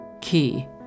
key